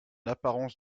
apparence